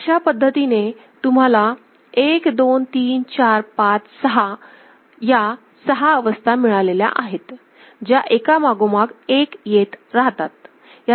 तर अशा पद्धतीने तुम्हाला 1 2 3 4 5 6 हा सहा अवस्था मिळालेल्या आहेत ज्या एकामागोमाग एक येत राहतात